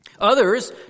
Others